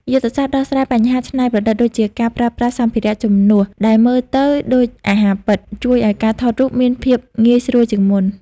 យុទ្ធសាស្ត្រដោះស្រាយបញ្ហាច្នៃប្រឌិត ដូចជាការប្រើប្រាស់សម្ភារៈជំនួសដែលមើលទៅដូចអាហារពិត ជួយឱ្យការថតរូបមានភាពងាយស្រួលជាងមុន។